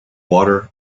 water